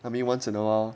I mean once in awhile